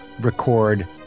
record